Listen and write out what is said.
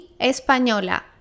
española